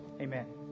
Amen